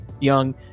young